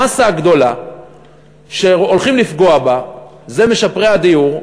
המאסה הגדולה שהולכים לפגוע בה זה משפרי הדיור,